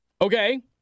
Okay